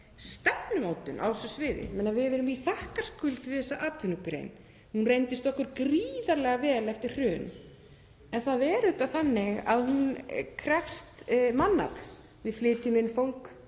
stefnumótun á þessu sviði. Við stöndum í þakkarskuld við þessa atvinnugrein, hún reyndist okkur gríðarlega vel eftir hrun. En það er auðvitað þannig að hún krefst mannafls. Við flytjum inn fólk